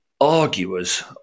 arguers